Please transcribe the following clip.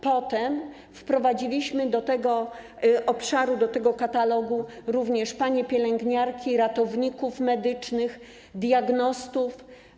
Potem wprowadziliśmy do tego obszaru, do tego katalogu, również panie pielęgniarki, ratowników medycznych, diagnostów.